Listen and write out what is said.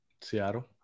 Seattle